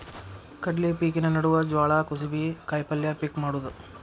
ಕಡ್ಲಿ ಪಿಕಿನ ನಡುವ ಜ್ವಾಳಾ, ಕುಸಿಬಿ, ಕಾಯಪಲ್ಯ ಪಿಕ್ ಮಾಡುದ